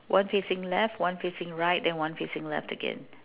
one facing left one facing right then one facing left again